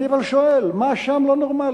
אבל אני שואל, מה שם לא נורמלי?